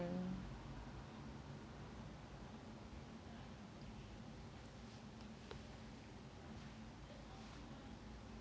mm